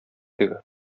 теге